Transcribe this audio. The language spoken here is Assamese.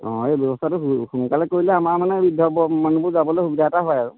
অঁ এই ব্যৱস্থাটো সো সোনকালে কৰিলে আমাৰ মানে বৃদ্ধ ব মানুহবোৰ যাবলৈ সুবিধা এটা হয় আৰু